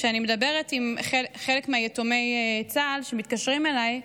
כשאני מדברת עם חלק מיתומי צה"ל שמתקשרים אליי,